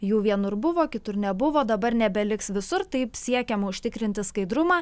jų vienur buvo kitur nebuvo dabar nebeliks visur taip siekiama užtikrinti skaidrumą